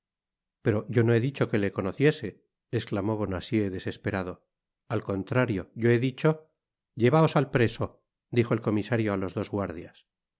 pero yo no he dicho que le conociese esclamó bonacieux desesperado al contrario yo he dicho llevaos al preso dijo el comisario á los dos guardias